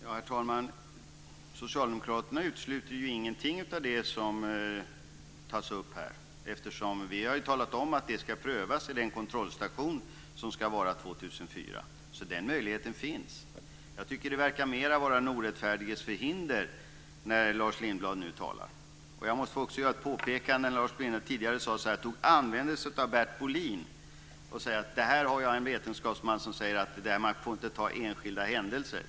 Herr talman! Socialdemokraterna utesluter ingenting av det som tas upp här, eftersom vi har talat om att det ska prövas vid kontrollstationen 2004. Den möjligheten finns alltså. Det verkar mer vara den obotfärdiges förhinder när Lars Lindblad nu talar. Jag måste också få göra ett påpekande. Lars Lindblad hänvisade tidigare till Bert Bolin och sade att här finns en vetenskapsman som säger att man inte får ta enskilda händelser.